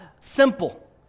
simple